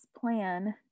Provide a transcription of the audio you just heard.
plan